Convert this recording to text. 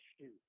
shoot